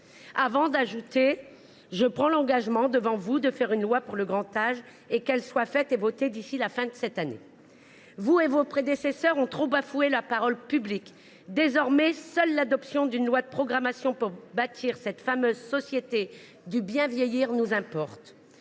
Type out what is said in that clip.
avez ajouté :« Je prends l’engagement devant vous de faire une loi pour le grand âge et qu’elle soit faite et votée d’ici la fin de cette année. » Vous et vos prédécesseurs avez trop bafoué la parole publique ! Désormais, seule nous importe l’adoption d’une loi de programmation pour bâtir cette fameuse société du bien vieillir ! Nous savons